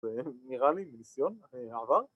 ‫זה נראה לי מניסיון העבר.